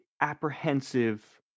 apprehensive